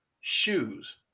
shoes